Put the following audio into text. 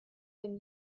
been